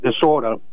disorder